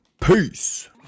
Peace